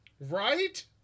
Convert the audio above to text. Right